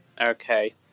Okay